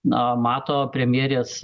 na mato premjerės